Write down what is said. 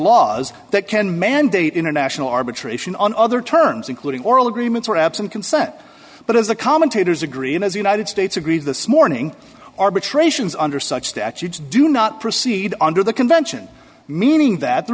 laws that can mandate international arbitration on other terms including oral agreements or absent consent but as the commentators agree and as united states agreed this morning arbitrations under such statutes do not proceed under the convention meaning that the